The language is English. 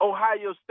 Ohio